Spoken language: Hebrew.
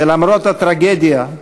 ולמרות הטרגדיה,